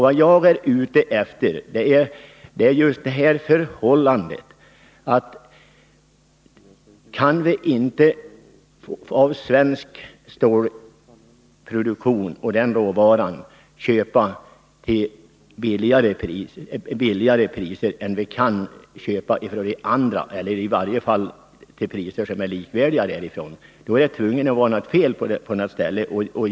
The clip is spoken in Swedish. Vad jag är ute efter är att det måste vara fel någonstans, om vi inte kan köpa svensk råvara till lägre priser än för motsvarande import från andra länder. I varje fall borde priserna här hemma vara minst likvärdiga.